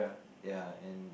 ya and